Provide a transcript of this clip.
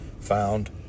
found